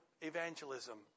evangelism